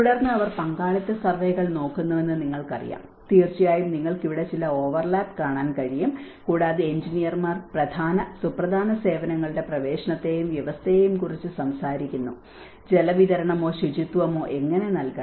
തുടർന്ന് അവർ പങ്കാളിത്ത സർവേകൾ നോക്കുന്നുവെന്ന് നിങ്ങൾക്കറിയാം തീർച്ചയായും നിങ്ങൾക്ക് ഇവിടെ ചില ഓവർലാപ്പ് കാണാൻ കഴിയും കൂടാതെ എഞ്ചിനീയർമാർ പ്രധാന സുപ്രധാന സേവനങ്ങളുടെ പ്രവേശനത്തെയും വ്യവസ്ഥയെയും കുറിച്ച് സംസാരിക്കുന്നു ജലവിതരണമോ ശുചിത്വമോ എങ്ങനെ നൽകണം